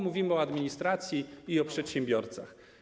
Mówimy i o administracji, i o przedsiębiorcach.